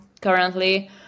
currently